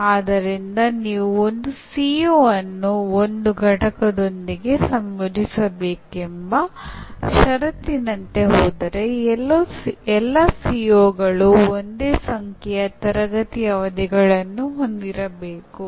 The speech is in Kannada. ಆದ್ದರಿಂದ ಕಲಿಕೆಯು ಕಲಿಕೆಯ ಘಟನೆಯ ಮೊದಲು ಹೊಂದಿರದ ಹೊಸ ಜ್ಞಾನ ಕೌಶಲ್ಯ ಮತ್ತು ಮೌಲ್ಯಗಳನ್ನು ಪಡೆದುಕೊಳ್ಳುವುದಾಗಿದೆ